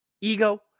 ego